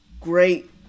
great